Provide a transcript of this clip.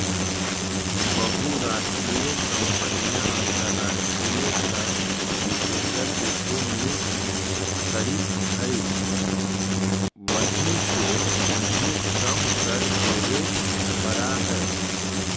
बहुराष्ट्रीय कंपनियां अंतरराष्ट्रीय कर विशेषज्ञ को नियुक्त करित हई वहिसे उन्हें कम कर देवे पड़ा है